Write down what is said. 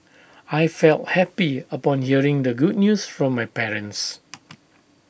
I felt happy upon hearing the good news from my parents